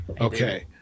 Okay